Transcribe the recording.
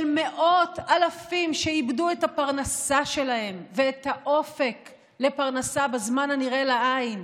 של מאות אלפים שאיבדו את הפרנסה שלהם ואת האופק לפרנסה בזמן הנראה לעין,